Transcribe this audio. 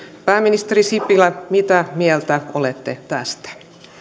pääministeri sipilä mitä mieltä olette tästä